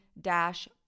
dash